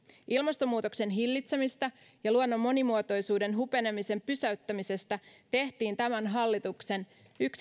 ilmastonmuutoksen hillitsemisestä ja luonnon monimuotoisuuden hupenemisen pysäyttämisestä tehtiin yksi tämän hallituksen